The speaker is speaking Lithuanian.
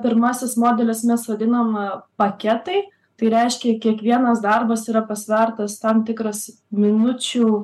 pirmasis modelis mes vadinam paketai tai reiškia kiekvienas darbas yra pasvertas tam tikras minučių